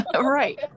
Right